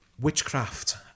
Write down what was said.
witchcraft